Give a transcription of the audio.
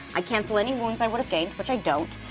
i cancel any wounds i would have gained, which i don't,